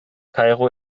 kairo